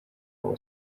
our